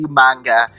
manga